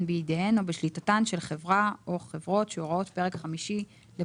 הן בידיהן או בשליטתן של חברה או חברות שהוראות פרק חמישי לפקודת